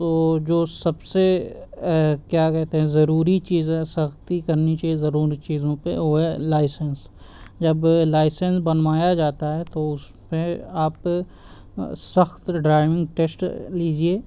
تو جو سب سے کیا کہتے ہیں ضروری چیز ہے سختی کرنی چاہیے ضروری چیزوں پہ وہ ہے لائسنس جب لائسنس بنوایا جاتا ہے تو اس میں آپ سخت ڈرائیونگ ٹیسٹ لیجیے